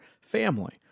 family